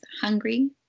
hungry